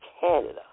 Canada